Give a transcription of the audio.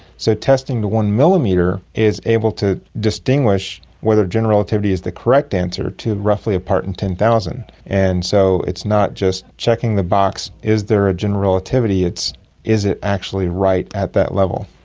so testing to one millimetre is able to distinguish whether general relativity is the correct answer to roughly a part in ten thousand. and so it's not just checking the box is there a general relativity' it's is it actually right at that level.